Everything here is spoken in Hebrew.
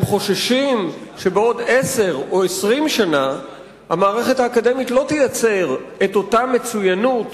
הם חוששים שבעוד עשר או 20 שנה המערכת האקדמית לא תייצר את אותה מצוינות